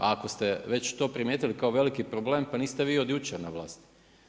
A ako ste već to primijetili kao veliki problem, pa niste vi od jučer na vlasti.